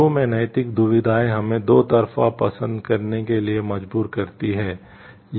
शुरू में नैतिक दुविधाएं हमें 2 तरफा पसंद करने के लिए मजबूर करती हैं